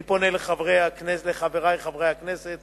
אני פונה לחברי חברי הכנסת